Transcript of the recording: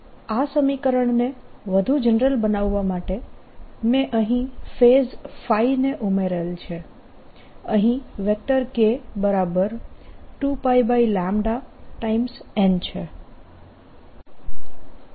આ સમીકરણને વધુ જનરલ બનાવવા માટે મેં અહીં ફેઝ ϕ ને ઉમેરેલ છે અહીં વેક્ટર k2πn છે